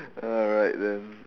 alright then